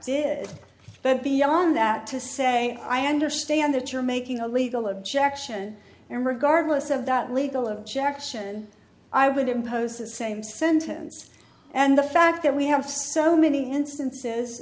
is but beyond that to say i understand that you're making a legal objection and regardless of that legal objection i would impose the same sentence and the fact that we have so many instances